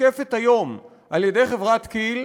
שמותקפת היום על-ידי חברת כי"ל,